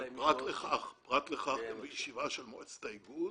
פרט לכך, בישיבה של מועצת האיגוד,